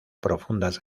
profundas